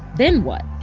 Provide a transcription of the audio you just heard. then what?